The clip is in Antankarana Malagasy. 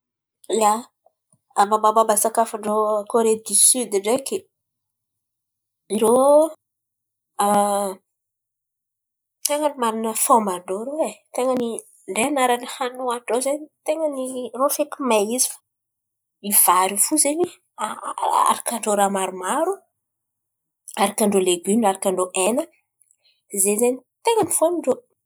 Ia, momba momba sakafo ndrô Kore dio siody ndreky irô ten̈a manan̈a fomba ndrô irô e. Ten̈a ny dre hanarany hany hoanin-drô zen̈y ten̈a ny irô feky mahay izy. Fa vary fo zen̈y aharaka ndrô raha maro maro arakà ndrô legimo, arakà ndrô hena zen̈y zen̈y ten̈a ny fo hanin-drô.